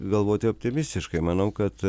galvoti optimistiškai manau kad